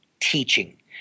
teaching